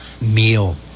meal